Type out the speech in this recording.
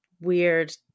weird